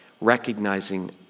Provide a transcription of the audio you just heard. recognizing